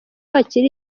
hakiri